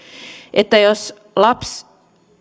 että jos lapsi